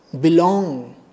belong